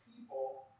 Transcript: people